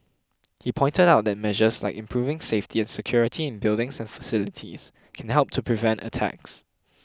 he pointed out that measures like improving safety and security in buildings and facilities can help to prevent attacks